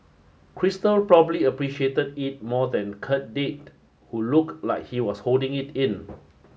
crystal probably appreciated it more than Kirk did who looked like he was holding it in